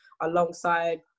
alongside